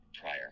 prior